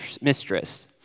mistress